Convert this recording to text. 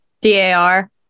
d-a-r